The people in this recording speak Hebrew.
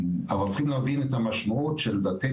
אנחנו צריכים להבין את המשמעות של לתת